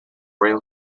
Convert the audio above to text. rail